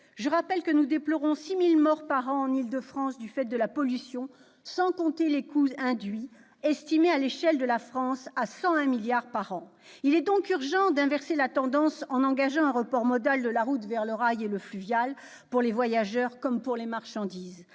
Je rappelle que nous déplorons 6 000 morts par an en Île-de-France du fait de la pollution- sans compter les coûts induits estimés, à l'échelle de la France, à 101 milliards d'euros par an. Il est donc urgent d'inverser la tendance en engageant un report modal de la route vers le rail et vers le fluvial, pour les voyageurs comme pour les marchandises.